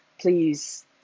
Please